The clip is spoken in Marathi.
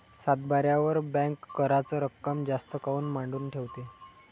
सातबाऱ्यावर बँक कराच रक्कम जास्त काऊन मांडून ठेवते?